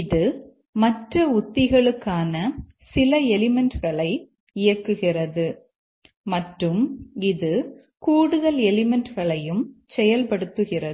இது மற்ற உத்திகளுக்கான சில எலிமெண்ட்களை இயக்குகிறது மற்றும் இது கூடுதல் எலிமெண்ட்களையும் செயல்படுத்துகிறது